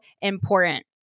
important